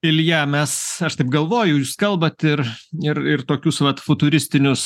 ilja mes aš taip galvoju jūs kalbat ir ir ir tokius vat futuristinius